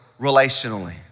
relationally